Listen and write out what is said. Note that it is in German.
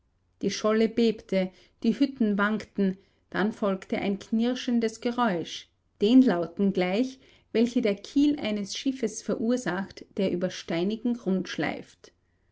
die scholle bebte die hütten wankten dann folgte ein knirschendes geräusch den lauten gleich welche der kiel eines schiffes verursacht der über steinigen grund schleift